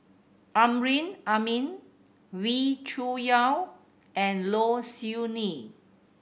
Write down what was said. Amrin Amin Wee Cho Yaw and Low Siew Nghee